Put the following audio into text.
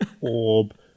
orb